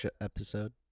episode